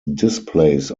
displays